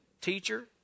teacher